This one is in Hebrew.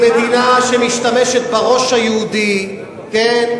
היא מדינה שמשתמשת בראש היהודי, כן?